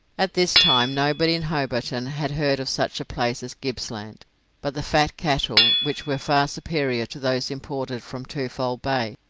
at this time, nobody in hobarton had heard of such a place as gippsland but the fat cattle, which were far superior to those imported from twofold bay,